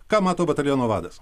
ką mato bataliono vadas